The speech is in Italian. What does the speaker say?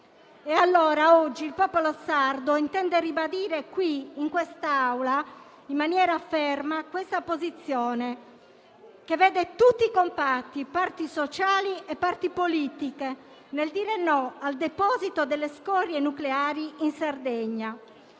allora, oggi il popolo sardo intende ribadire qui, in quest'Aula, in maniera ferma questa posizione, che vede tutti compatti, parti sociali e parti politiche, nel dire no al deposito delle scorie nucleari in Sardegna,